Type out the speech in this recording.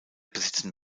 besitzen